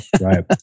Right